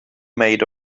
made